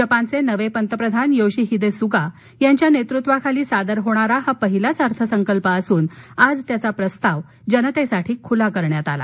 जपानचे नवे पंतप्रधान योशिहीदे सुगा यांच्या नेतृत्वाखाली सादर होणारा हा पहिलाच अर्थसंकल्प असून आज त्याचा प्रस्ताव जनतेसाठी खुला करण्यात आला